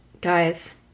guys